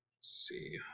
see